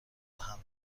دهند